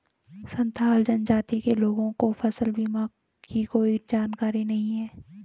संथाल जनजाति के लोगों को फसल बीमा की कोई जानकारी नहीं है